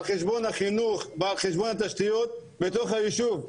על חשבון החינוך ועל חשבון התשתיות בתוך היישוב,